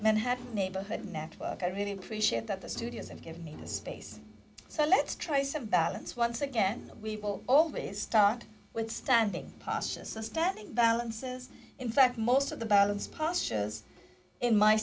a neighborhood network i really appreciate that the studios and give me the space so let's try some balance once again we will always start with standing posture as a stepping balances in fact most of the balance postures in my